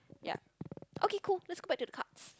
ya okay cool let's go back to the cards